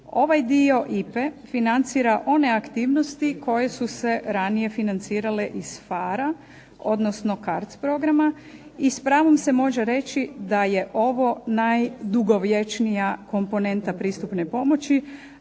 Ovaj dio IPA-e financira one aktivnosti koje su se ranije financirale iz PHARE-a, odnosno CARDS programa i s pravom se može reći da je ovo najdugovječnija komponenta pristupne pomoći,